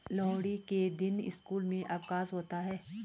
लोहड़ी के दिन स्कूल में अवकाश होता है